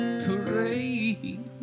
parade